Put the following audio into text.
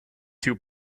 two